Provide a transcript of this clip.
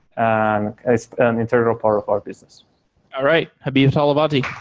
and it's an internal part of our business all right. habib talavatifard.